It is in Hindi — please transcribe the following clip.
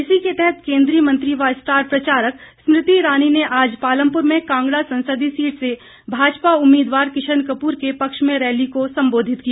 इसी के तहत केंद्रीय मंत्री व स्टार प्रचारक स्मृति ईरानी ने आज पालमपुर में कांगड़ा संसदीय सीट से भाजपा उम्मीदवार किशन कपूर के पक्ष में रैली को संबोधित किया